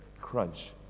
crunch